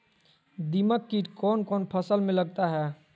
दीमक किट कौन कौन फसल में लगता है?